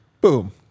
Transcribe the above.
boom